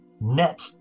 net